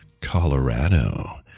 colorado